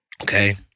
Okay